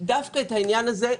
דווקא את העניין הזה,